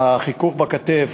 החיכוך בכתף,